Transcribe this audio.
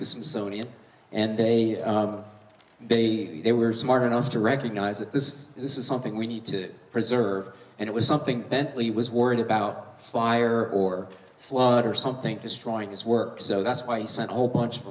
smithsonian and they they they were smart enough to recognize that this is this is something we need to preserve and it was something bentley was worried about fire or flood or something destroying his work so that's why he sent a whole bunch of